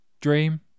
dream